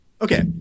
Okay